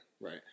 Right